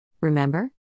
Remember